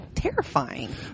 terrifying